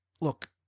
look